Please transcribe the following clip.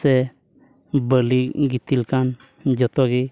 ᱥᱮ ᱵᱟᱹᱞᱤ ᱜᱤᱛᱤᱞ ᱠᱟᱱ ᱡᱚᱛᱚ ᱜᱮ